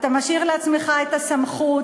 אתה משאיר לעצמך את הסמכות